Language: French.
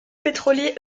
pétroliers